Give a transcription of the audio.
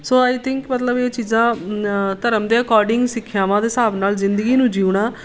so I think ਮਤਲਬ ਇਹ ਚੀਜ਼ਾਂ ਨ ਧਰਮ ਦੇ ਅਕੋਡਿੰਗ ਸਿੱਖਿਆਵਾਂ ਦੇ ਹਿਸਾਬ ਨਾਲ ਜ਼ਿੰਦਗੀ ਨੂੰ ਜਿਉਣਾ